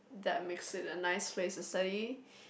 that makes it a nice place to study